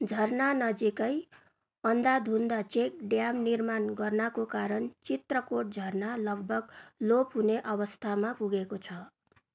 झरना नजिकै अन्धाधुन्ध check dam निर्माण गर्नाको कारण चित्रकोट झरना लगभग लोप हुने अवस्थामा पुगेको छ